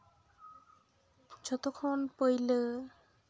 ᱡᱷᱚᱛᱚ ᱠᱷᱚᱱ ᱯᱟᱹᱭᱞᱟᱹ